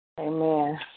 Amen